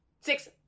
Six